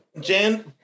Jen